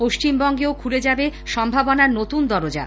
পশ্চিমবঙ্গেও খুলে যাবে সম্ভাবনার নতুন দরজা